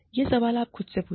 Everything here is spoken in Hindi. यह सवाल आप खुद से पूछिए